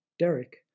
Derek